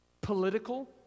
political